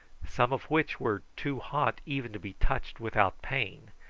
some of which were too hot even to be touched without pain,